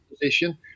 position